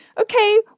Okay